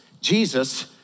Jesus